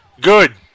Good